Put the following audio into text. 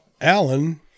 Alan